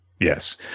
Yes